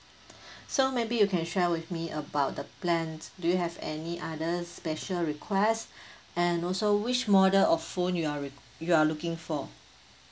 so maybe you can share with me about the plan do you have any other special request and also which model of phone you are re~ you are looking for